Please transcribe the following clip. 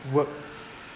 work